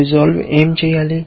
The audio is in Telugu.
RESOLVE ఏమి చేయాలి